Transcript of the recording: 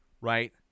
right